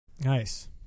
Nice